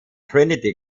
trinity